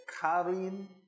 carrying